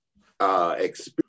experience